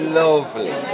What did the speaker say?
lovely